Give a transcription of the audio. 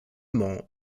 mans